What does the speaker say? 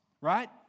right